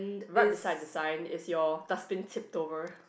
right beside the sign is your dust bin tipped over